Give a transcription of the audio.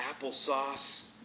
applesauce